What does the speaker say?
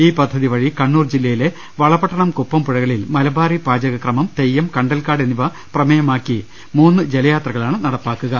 ഈ പദ്ധതി വഴി കണ്ണൂർ ജില്ലയിലെ വളപട്ടണം കുപ്പം പുഴ കളിൽ മലബാറി പാചകക്രമം തെയ്യം കണ്ടൽക്കാട് എന്നിവ പ്രമേ യമാക്കി മൂന്ന് ജലയാത്രകളാണ് നടപ്പാക്കുന്നത്